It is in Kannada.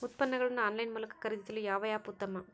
ಉತ್ಪನ್ನಗಳನ್ನು ಆನ್ಲೈನ್ ಮೂಲಕ ಖರೇದಿಸಲು ಯಾವ ಆ್ಯಪ್ ಉತ್ತಮ?